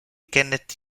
kenneth